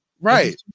Right